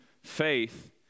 faith